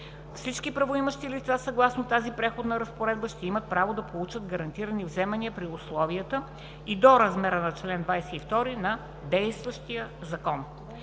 Всички правоимащи лица, съгласно тази преходна разпоредба, ще имат право да получат гарантирани вземания при условията и до размера на чл. 22 на действащия закон.